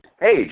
Hey